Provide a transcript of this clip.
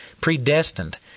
predestined